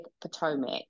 Potomac